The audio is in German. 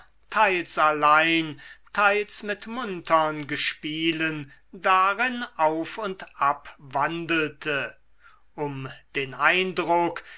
teils allein teils mit muntern gespielen darin auf und ab wandelte um den eindruck